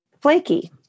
flaky